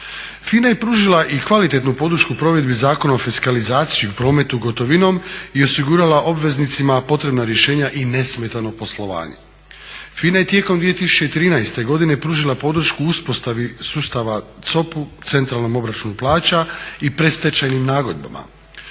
FINA je pružila i kvalitetnu podršku provedbi Zakona o fiskalizaciji prometa gotovinom i osigurala obveznicima potrebna rješenja i nesmetano poslovanje. FINA je tijekom 2013. godine pružila podršku uspostavi sustava COP-u, centralnom obračunu plaća i predstečajnim nagodbama.